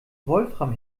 wolfram